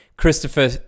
Christopher